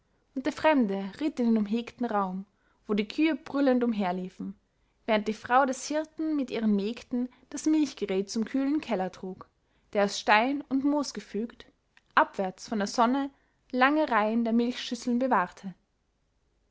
und der fremde ritt in den umhegten raum wo die kühe brüllend umherliefen während die frau des hirten mit ihren mägden das milchgerät zum kühlen keller trug der aus stein und moos gefügt abwärts von der sonne lange reihen der milchschüsseln bewahrte